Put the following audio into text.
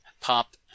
Pop